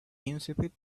insipid